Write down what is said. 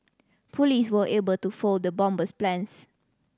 police were able to foil the bomber's plans